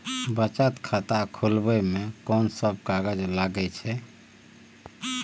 बचत खाता खुले मे कोन सब कागज लागे छै?